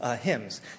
hymns